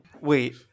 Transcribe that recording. Wait